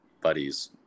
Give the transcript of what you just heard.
buddies